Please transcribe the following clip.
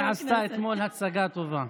היא עשתה אתמול הצגה טובה.